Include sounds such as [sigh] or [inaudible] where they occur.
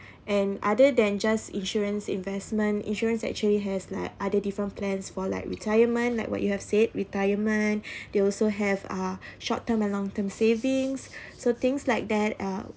and other than just insurance investment insurance actually has like other different plans for like retirement like what you have said retirement [breath] they also have uh short term and long term savings so things like that uh